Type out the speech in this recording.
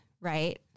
Right